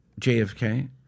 JFK